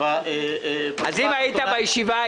אז אם היית בישיבה,